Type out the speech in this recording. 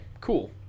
cool